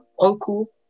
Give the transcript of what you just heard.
uncle